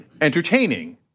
entertaining